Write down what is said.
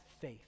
faith